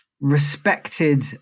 respected